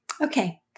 okay